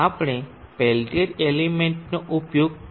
આપણે પેલ્ટીર એલિમેન્ટનો ઉપયોગ કરીશું